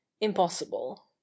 impossible